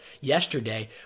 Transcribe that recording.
yesterday